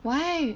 why